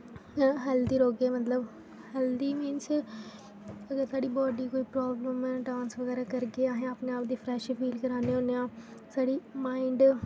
healthy रोह्गे मतलब healthy means मतलब साढ़ी बाडी कोई प्राब्लम डांस बगैरा करगे आहे अपने आप गी फ्रेश फील करने होन्ने आं साढ़े माइंड